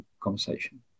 conversation